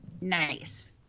nice